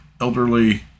elderly